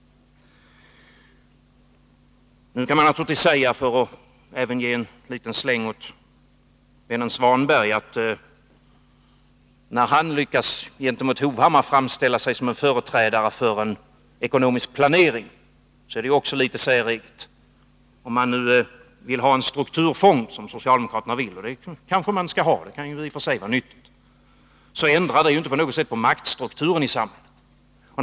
För att även ge en liten släng åt Ingvar Svanberg, när han gentemot Erik Hovhammar lyckas framställa sig som en företrädare för en ekonomisk planering, kan man naturligtvis säga att det också är litet säreget. Om man vill ha en strukturfond, som socialdemokraterna vill — och det kanske man skall ha, det kan i och för sig vara nyttigt — så ändrar det inte på något sätt maktstrukturen i samhället.